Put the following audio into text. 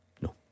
No